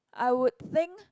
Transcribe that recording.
I would think